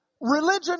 Religion